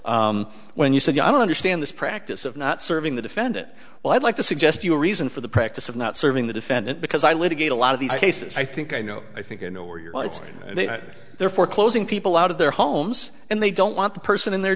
counsel when you said you don't understand this practice of not serving the defendant well i'd like to suggest you reason for the practice of not serving the defendant because i litigate a lot of these cases i think i know i think i know where your rights are there for closing people out of their homes and they don't want the person in the